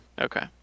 Okay